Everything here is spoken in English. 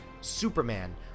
Superman